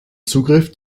zugriff